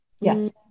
Yes